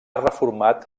reformat